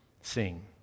sing